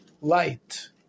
light